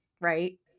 right